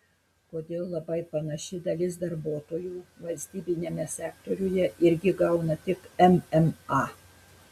kodėl labai panaši dalis darbuotojų valstybiniame sektoriuje irgi gauna tik mma